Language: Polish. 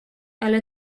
ale